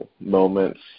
moments